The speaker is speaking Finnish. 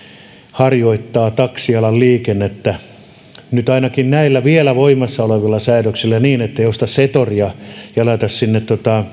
harjoittaa taksialan liikennettä nyt ainakin näillä vielä voimassa olevilla säädöksillä ettei osta zetoria ja laita sinne